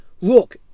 look